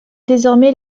désormais